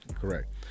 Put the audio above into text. Correct